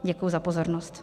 Děkuji za pozornost.